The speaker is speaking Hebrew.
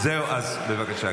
זהו, אז בבקשה.